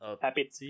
Happy